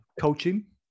coaching